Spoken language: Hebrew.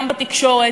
גם בתקשורת.